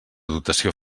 dotació